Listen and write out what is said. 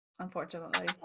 unfortunately